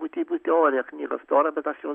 būtybių teorija knyga stora bet aš jo